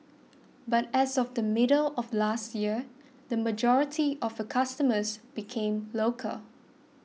but as of the middle of last year the majority of her customers became local